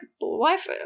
Life